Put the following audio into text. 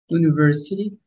university